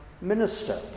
minister